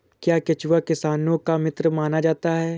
क्या केंचुआ किसानों का मित्र माना जाता है?